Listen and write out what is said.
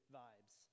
vibes